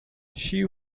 she